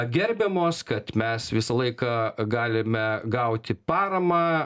gerbiamos kad mes visą laiką galime gauti paramą